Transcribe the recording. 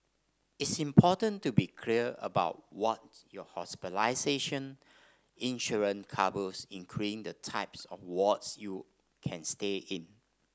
it's important to be clear about what your hospitalization insurance covers including the type of wards you can stay in